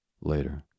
Later